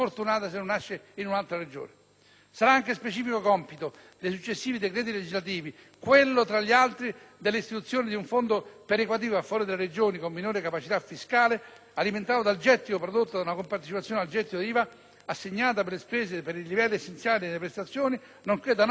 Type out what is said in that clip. Sarà anche specifico compito dei successivi decreti legislativi quello, tra gli altri, dell'istituzione del fondo perequativo a favore delle Regioni con minore capacità fiscale per abitante, alimentato dal gettito prodotto da una compartecipazione al gettito IVA assegnata per le spese per i livelli essenziali delle prestazioni, nonché da una quota del gettito del tributo regionale.